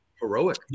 Heroic